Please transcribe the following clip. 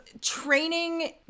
training